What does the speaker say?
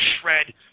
shred